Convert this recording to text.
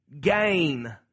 Gain